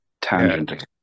tangent